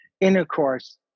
intercourse